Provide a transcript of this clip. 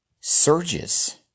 surges